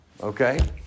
okay